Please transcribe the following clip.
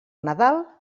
nadal